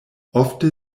ofte